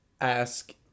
ask